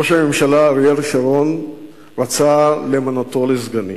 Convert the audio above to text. ראש הממשלה אריאל שרון רצה למנותו לסגני.